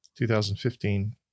2015